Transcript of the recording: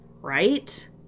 right